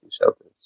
shelters